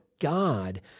God